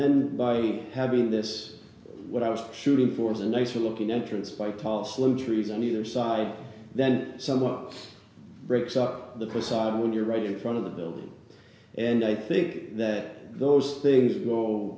then body having this what i was shooting for the nice for looking entrance by paul slew trees on either side then someone breaks up the facade when you're right in front of the building and i think that those things